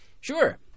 Sure